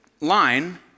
line